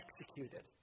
executed